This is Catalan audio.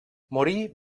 morí